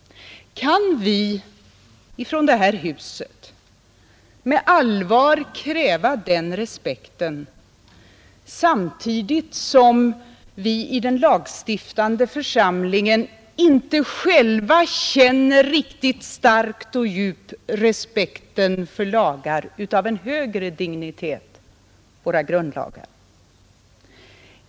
Kan vi i detta hus med allvar kräva den respekten samtidigt som vi i den lagstiftande församlingen inte själva känner riktigt starkt och djupt respekten för lagar av en högre dignitet, våra grundlagar?